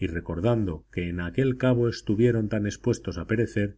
y recordando que en aquel cabo estuvieron tan expuestos a perecer